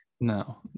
No